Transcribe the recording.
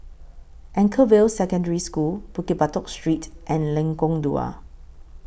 Anchorvale Secondary School Bukit Batok Street and Lengkong Dua